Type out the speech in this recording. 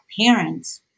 parents